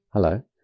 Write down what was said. Hello